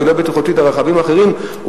והיא לא בטיחותית לרכבים אחרים,